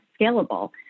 scalable